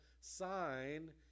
sign